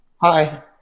Hi